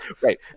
Right